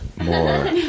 more